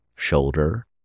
shoulder